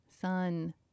sun